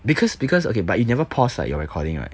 because because okay but you never pause like your recording right